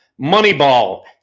Moneyball